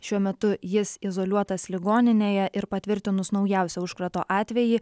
šiuo metu jis izoliuotas ligoninėje ir patvirtinus naujausią užkrato atvejį